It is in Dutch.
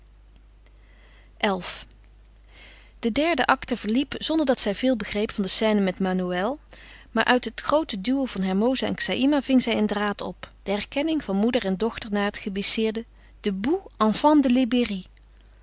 xi de derde acte verliep zonder dat zij veel begreep van de scène met manoël maar uit het groote duo van hermosa en xaïma ving zij een draad op de herkenning van moeder en dochter na het gebisseerde debout enfants de